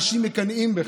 אנשים מקנאים בך.